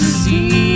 see